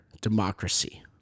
democracy